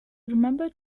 remembered